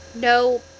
no